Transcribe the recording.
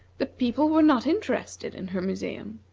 the people were not interested in her museum.